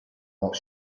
not